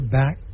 back